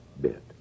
bit